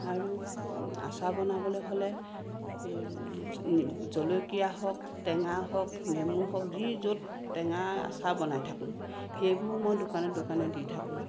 আৰু আচাৰ বনাবলৈ হ'লে জলকীয়া হওক টেঙা হওক নেমু হওক যি য'ত টেঙা আচাৰ বনাই থাকো সেইবোৰো মই দোকানে দোকানে দি থাকোঁ